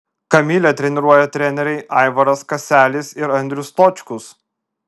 kamilę treniruoja treneriai aivaras kaselis ir andrius stočkus